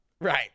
Right